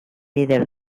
líder